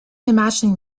imagining